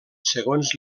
segons